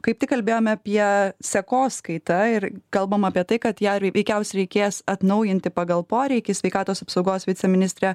kaip tik kalbėjome apie sekoskaitą ir kalbam apie tai kad ją veikiausiai reikės atnaujinti pagal poreikį sveikatos apsaugos viceministrė